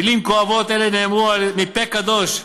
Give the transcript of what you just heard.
מילים כואבות אלה נאמרו מפה קדוש,